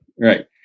Right